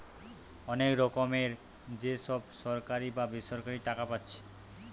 অনেক রকমের যে সব সরকারি বা বেসরকারি টাকা পাচ্ছে